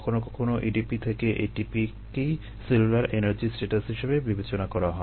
কখনো কখনো ADP থেকে ATP কেই সেলুলার এনার্জি স্ট্যাটাস হিসেবে বিবেচনা করা হয়